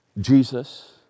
Jesus